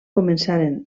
començaren